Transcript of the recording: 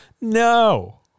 No